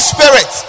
Spirit